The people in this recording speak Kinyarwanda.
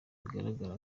bigaragara